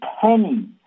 penny